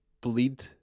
bleed